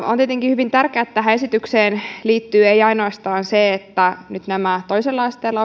on tietenkin hyvin tärkeää että tähän esitykseen liittyy ei ainoastaan se että nyt nämä itsenäisesti asuvat toisella asteella